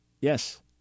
Yes